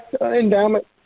endowment